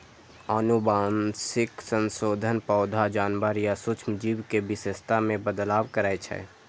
आनुवंशिक संशोधन पौधा, जानवर या सूक्ष्म जीव के विशेषता मे बदलाव करै छै